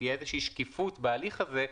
שתהיה שקיפות בהליך הזה,